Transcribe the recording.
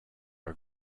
are